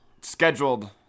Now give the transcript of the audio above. scheduled